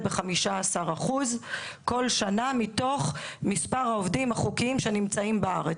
ב-15 אחוזים כל שנה מתוך מספר העובדים החוקיים שנמצאים בארץ.